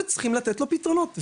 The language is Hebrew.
וצריך לתת לו פתרונות,